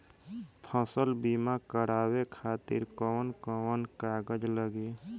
फसल बीमा करावे खातिर कवन कवन कागज लगी?